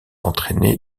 entraîné